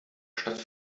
stadt